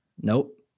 Nope